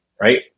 right